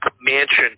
mansion